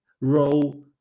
row